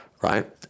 right